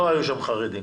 לא היו שם חרדים.